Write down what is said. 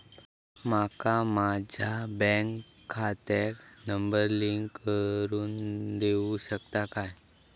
माका माझ्या बँक खात्याक नंबर लिंक करून देऊ शकता काय?